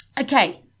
Okay